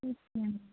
ம் ம்